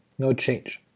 no change.